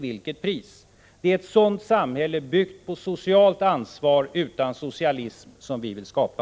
Det är ett sådant samhälle, byggt på socialt ansvar utan socialism som vi vill skapa.